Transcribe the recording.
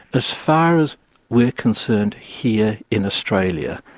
as far as we are concerned here in australia,